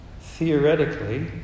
theoretically